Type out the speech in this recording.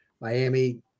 Miami